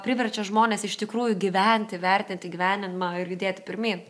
priverčia žmones iš tikrųjų gyventi vertinti gyvenimą ir judėti pirmyn